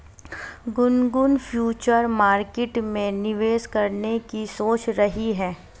Gungun future market में निवेश करने की सोच रही है